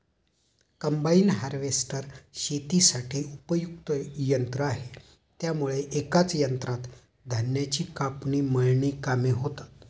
combine harvester शेतीसाठी उपयुक्त यंत्र आहे त्यामुळे एकाच यंत्रात धान्याची कापणी, मळणी कामे होतात